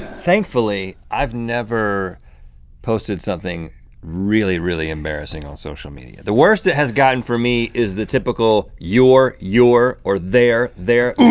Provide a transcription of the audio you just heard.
thankfully, i've never posted something really, really embarrassing on social media. the worst it has gotten for me is the typical you're your or they're their